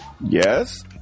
Yes